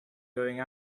going